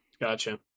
Gotcha